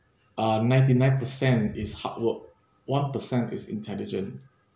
ah ninety nine percent is hard work one per percent is intelligent